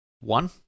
One